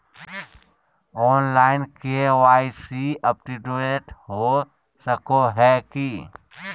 Online KYC update हो सको है की?